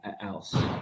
else